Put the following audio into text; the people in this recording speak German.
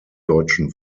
deutschen